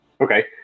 Okay